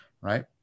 right